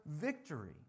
victory